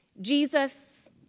Jesus